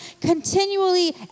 continually